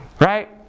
Right